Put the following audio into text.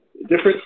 Different